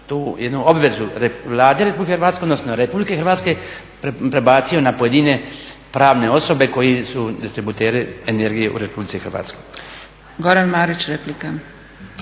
tu jednu obvezu Vlade Republike Hrvatske, odnosno Republike Hrvatske prebacio na pojedine pravne osobe koji su distributeri energije u Republici Hrvatskoj. **Zgrebec, Dragica